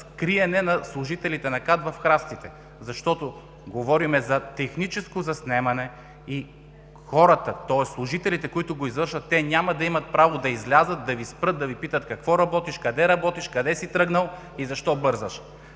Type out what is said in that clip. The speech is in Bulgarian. на служителите на КАТ в храстите. Говорим за техническо заснемане и хората, тоест служителите, които го извършат, няма да имат право да излязат, да Ви спрат, да Ви питат какво работиш, къде работиш, къде си тръгнал и защо бързаш.